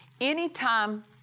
Anytime